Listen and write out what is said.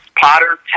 Potter